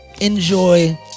Enjoy